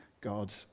God